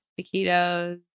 taquitos